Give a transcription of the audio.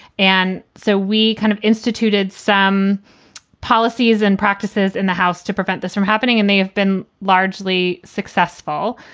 and so we kind of instituted some policies and practices in the house to prevent this from happening and they have been largely successful.